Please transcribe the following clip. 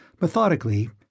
Methodically